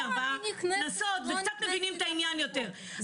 ארבע כנסות וקצת מבינים את העניין יותר.